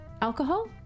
alcohol